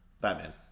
Batman